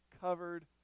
covered